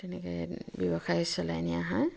তেনেকে ব্যৱসায় চলাই নিয়া হয়